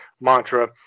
mantra